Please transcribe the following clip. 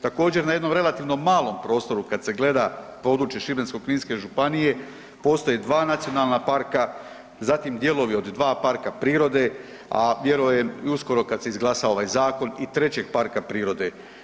Također na jednom relativno malom prostoru kada se gleda područje Šibensko-kninske županije postoje dva nacionalna parka, zatim dijelovi od dva parka prirode, a vjerujem i uskoro kada se izglasa ovaj zakon i trećeg parka prirode.